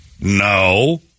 No